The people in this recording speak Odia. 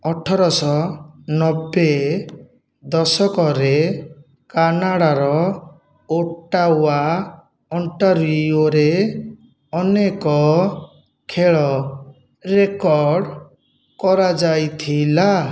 ଅଠରଶହ ନବେ ଦଶକରେ କାନାଡ଼ାର ଓଟାୱା ଓଣ୍ଟାରିଓରେ ଅନେକ ଖେଳ ରେକର୍ଡ଼ କରାଯାଇଥିଲା